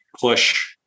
push